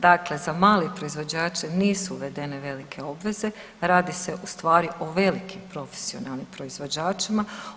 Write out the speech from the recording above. Dakle, za male proizvođače nisu uvedene velike obveze, radi se ustvari o velikim profesionalnim proizvođačima.